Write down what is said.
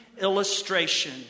illustration